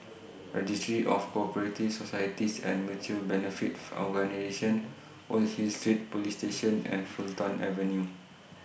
Registry of Co Operative Societies and Mutual Benefit Organisations Old Hill Street Police Station and Fulton Avenue